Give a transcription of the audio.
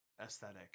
aesthetic